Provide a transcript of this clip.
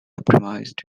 optimised